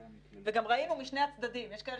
גם ראינו שזה משני הצדדים כאשר יש כאלה